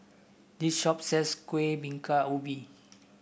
this shop sells Kueh Bingka Ubi